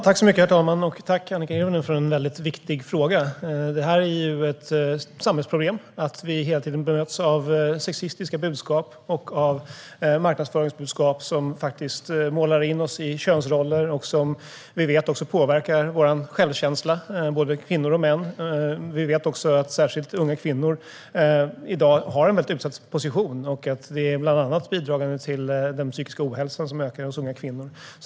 Herr talman! Tack, Annika Hirvonen, för en mycket viktig fråga! Det är ett samhällsproblem att vi hela tiden bemöts av sexistiska budskap och av marknadsföringsbudskap som faktiskt målar in oss i könsroller och som vi vet påverkar kvinnors och mäns självkänsla. Vi vet också att särskilt unga kvinnor i dag har en utsatt position. Det bidrar bland annat till den psykiska ohälsa som ökar hos unga kvinnor.